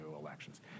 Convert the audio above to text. elections